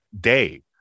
day